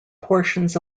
portions